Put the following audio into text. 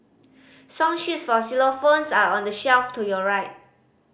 song sheets for xylophones are on the shelf to your right